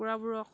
কুকুৰাবোৰক